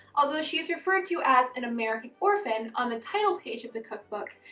although she's referred to as an american orphan on the title page of the cookbook,